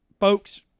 Folks